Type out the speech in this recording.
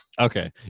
Okay